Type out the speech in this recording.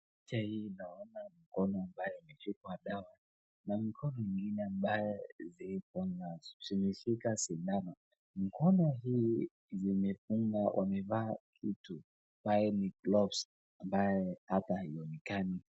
Picha hii naona mkono ambaye imepigwa dawa na mikono ingine ambaye zimeshika sindano. Mikono hii zimefungwa, wameva kitu, ambaye ni gloves, ambaye hata haionekani.